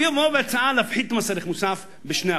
הוא יבוא עם הצעה להפחית את מס ערך מוסף ב-2%.